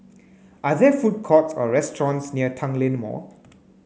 are there food courts or restaurants near Tanglin Mall